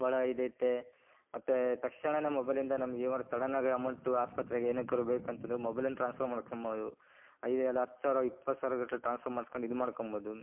ಭಾಳ ಇದೈತೆ ಮತ್ತು ತಕ್ಷಣನೇ ಮೊಬೈಲಿಂದ ನಮ್ಗೆ ಏನಾರೂ ಸಡನ್ನಾಗಿ ಅಮೌಂಟು ಆಸ್ಪತ್ರೆಗೆ ಏನಕ್ಕಾದ್ರು ಬೇಕಂತದರೆ ಮೊಬೈಲಿಂದ ಟ್ರಾನ್ಸ್ಫರ್ ಮಾಡ್ಕೊಂಬೋದು ಐದು ಅಲ್ಲ ಹತ್ತು ಸಾವಿರ ಇಪ್ಪತ್ತು ಸಾವಿರಗಟ್ಲೆ ಟ್ರಾನ್ಸ್ಫರ್ ಮಾಡ್ಸ್ಕಂಡು ಇದು ಮಾಡ್ಕೊಂಬೋದು